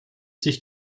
sich